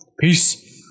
peace